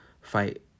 fight